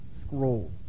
scroll